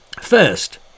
first